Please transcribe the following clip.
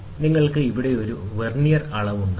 നിങ്ങൾക്ക് ഇവിടെ ഒരു വെർനിയർ അളവ് ഉണ്ടാകും